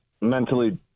mentally